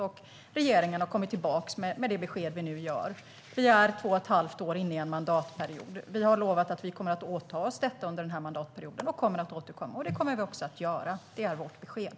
Regeringen har kommit tillbaka med det besked vi nu ger. Vi är två och ett halvt år in i en mandatperiod. Vi har lovat att vi kommer att återkomma om detta under mandatperioden. Det kommer vi också att göra. Det är vårt besked.